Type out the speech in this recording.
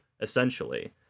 essentially